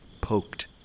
poked